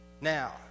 now